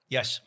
Yes